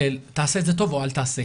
של - תעשה את זה טוב או אל תעשה.